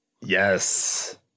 yes